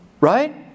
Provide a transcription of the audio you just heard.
right